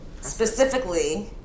specifically